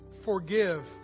forgive